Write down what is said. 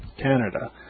Canada